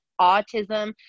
autism